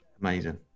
Amazing